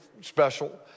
special